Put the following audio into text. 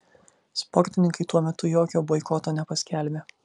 sportininkai tuo metu jokio boikoto nepaskelbė